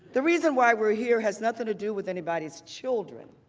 the reason why we are here has nothing to do with anybody's children.